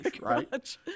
right